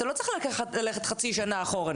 אתה לא צריך ללכת חצי שנה אחורה,